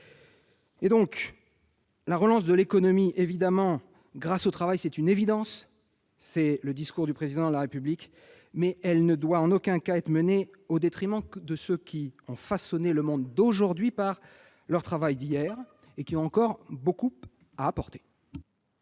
morale. La relance de l'économie grâce au travail est une évidence- c'est le discours du Président de la République -, mais elle ne doit en aucun cas être menée au détriment de ceux qui ont façonné le monde d'aujourd'hui par leur travail d'hier, et qui ont encore beaucoup à apporter.